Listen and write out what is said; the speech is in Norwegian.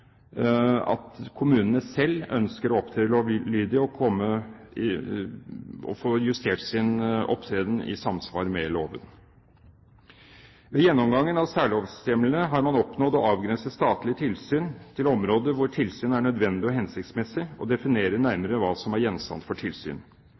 at kommunene selv ønsker å opptre lovlydig og få justert sin opptreden i samsvar med loven. Ved gjennomgangen av særlovshjemlene har man oppnådd å avgrense statlig tilsyn til områder hvor tilsyn er nødvendig og hensiktsmessig, og